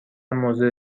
موضع